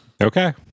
Okay